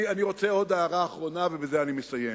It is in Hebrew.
אני רוצה עוד הערה אחרונה, ובזה אני מסיים,